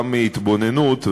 גם מהתבוננות,